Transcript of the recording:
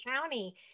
county